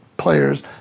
Players